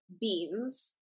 beans